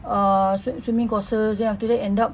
uh swim~ swimming courses and then after that end up